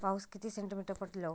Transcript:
पाऊस किती सेंटीमीटर पडलो?